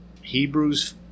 hebrews